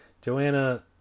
Joanna